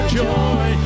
joy